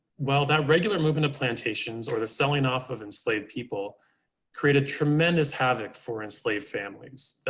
well, that regular movement of plantations or the selling off of enslaved people created tremendous havoc for enslaved families.